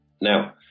Now